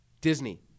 Disney